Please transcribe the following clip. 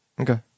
Okay